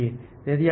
તેથી ત્રણ કેસ છે